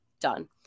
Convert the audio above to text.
done